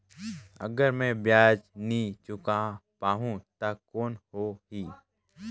अगर मै ब्याज नी चुकाय पाहुं ता कौन हो ही?